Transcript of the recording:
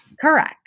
Correct